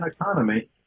economy